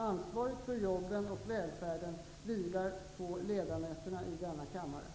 Ansvaret för jobben och välfärden vilar på ledamöterna i denna kammare.